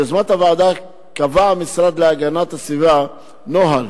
ביוזמת הוועדה קבע המשרד להגנת הסביבה נוהל